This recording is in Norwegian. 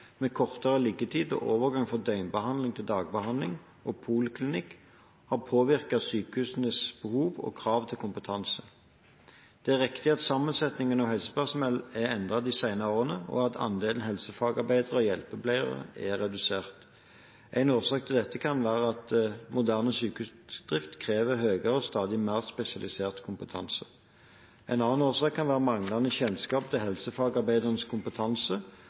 med kortere liggetid og overgang fra døgnbehandling til dagbehandling og poliklinikk har påvirket sykehusenes behov for og krav til kompetanse. Det er riktig at sammensettingen av helsepersonell er endret de senere årene, og at andelen helsefagarbeidere og hjelpepleiere er redusert. Én årsak til dette kan være at moderne sykehusdrift krever høyere og stadig mer spesialisert kompetanse. En annen årsak kan være manglende kjennskap til helsefagarbeidernes kompetanse